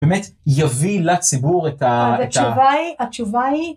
באמת, יביא לציבור את ה... התשובה היא...התשובה היא...